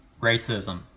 racism